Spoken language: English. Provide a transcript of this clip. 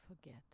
forget